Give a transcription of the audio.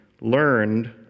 learned